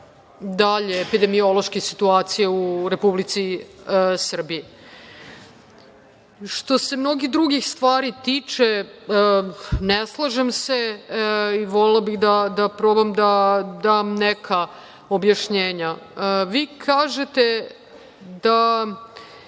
dalje epidemiološke situacije u Republici Srbiji. Što se mnogih drugih stvari tiče, ne slažem se i volela bih da probam da dam neka objašnjenja. Vi kažete da